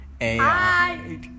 Hi